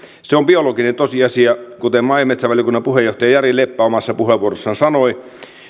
se on biologinen tosiasia kuten maa ja metsävaliokunnan puheenjohtaja jari leppä omassa puheenvuorossaan sanoi